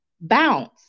bounce